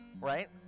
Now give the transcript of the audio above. right